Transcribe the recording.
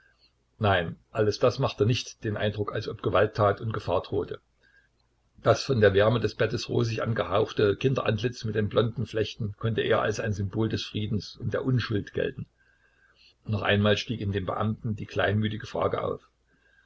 nein alles das machte nicht den eindruck als ob gewalttat und gefahr drohte das von der wärme des bettes rosig angehauchte kinderantlitz mit den blonden flechten konnte eher als ein symbol des friedens und der unschuld gelten noch einmal stieg in dem beamten die kleinmütige frage auf